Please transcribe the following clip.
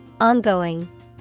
Ongoing